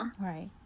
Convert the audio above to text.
Right